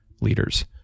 leaders